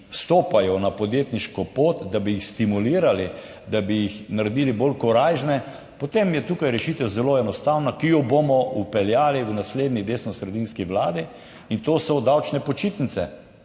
vstopajo na podjetniško pot, da bi jih stimulirali, da bi jih naredili bolj korajžne, potem je tukaj rešitev zelo enostavna, ki jo bomo vpeljali v naslednji desnosredinski Vladi in to so davčne počitnice,